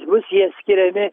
bus jie skiriami